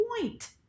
point